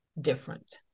different